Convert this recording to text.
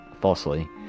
falsely